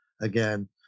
again